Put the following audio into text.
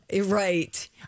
Right